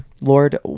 Lord